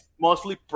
mostly